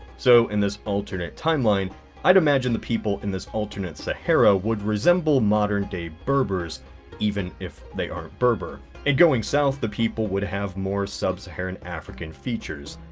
so in this alternate timeline i'd imagine the people in this alternate sahara would resemble modern-day berbers even if they aren't berber. and going south the people would have more sub-saharan african features.